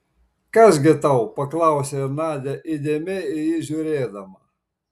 kas gi tau paklausė nadia įdėmiai į jį žiūrėdama